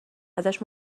ازش